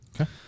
Okay